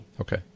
Okay